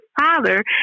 Father